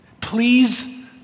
Please